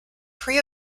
pre